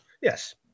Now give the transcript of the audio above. yes